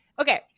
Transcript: okay